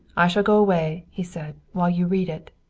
i shall go away, he said, while you read it.